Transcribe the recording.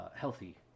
healthy